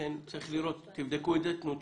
תבדקו את זה ותנו תשובות.